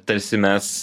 tarsi mes